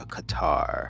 Qatar